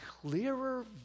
clearer